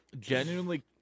Genuinely